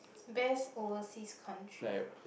best overseas country